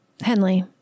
Henley